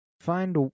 find